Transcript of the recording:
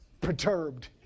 perturbed